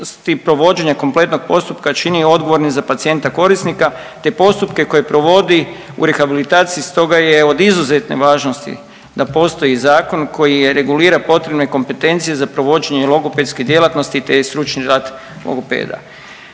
provođenja kompletnog postupka čini odgovornim za pacijenta korisnika te postupke koje provodi u rehabilitaciji stoga je od izuzetne važnosti da postoji zakon koji regulira potrebne kompetencije za provođenje logopedske djelatnosti te stručni rad logopeda.